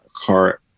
car